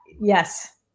Yes